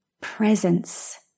presence